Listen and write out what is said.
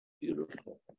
Beautiful